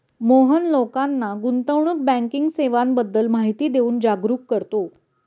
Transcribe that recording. मोहन लोकांना गुंतवणूक बँकिंग सेवांबद्दल माहिती देऊन जागरुक करतो